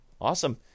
Awesome